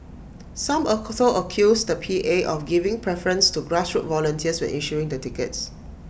some also accused the P A of giving preference to grassroots volunteers when issuing the tickets